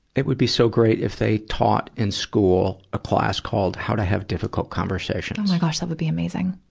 it would be so great if they taught in school a class called how to have difficult conversations. oh my gosh, that would be amazing!